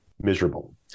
Miserable